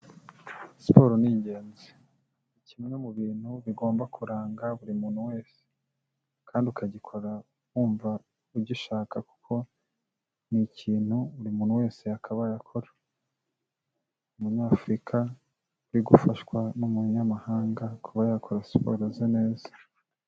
Siporo ni ingenzi, kimwe mu bintu bigomba kuranga buri muntu wese, kandi ukagikora wumva ugishaka kuko ni ikintu buri muntu wese yakabaye akora, umunyafurika uri gufashwa n'umunyamahanga kuba yakora siporo ze neza.